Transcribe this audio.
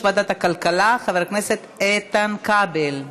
ועדת הכלכלה חבר הכנסת איתן כבל.